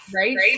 right